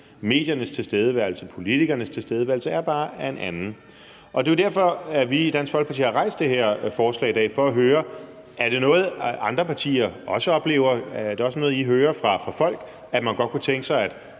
Mediernes tilstedeværelse og politikernes tilstedeværelse er bare en anden. Det er jo derfor, at vi i Dansk Folkeparti har rejst det her forslag i dag for at høre, om det også er noget, som andre partier oplever og de hører fra folk, altså at man godt kunne tænke sig at